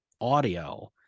audio